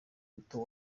muto